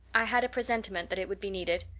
i had a presentiment that it would be needed.